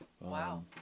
Wow